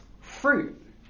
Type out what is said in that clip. fruit